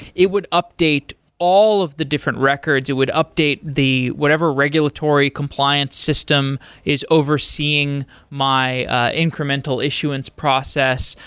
it would update all of the different records, it would update the whatever regulatory compliance system is overseeing my incremental issuance process.